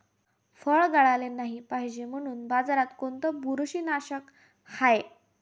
फळं गळाले नाही पायजे म्हनून बाजारात कोनचं बुरशीनाशक हाय?